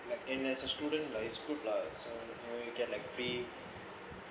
like and as a student like it's good lah so you you get like free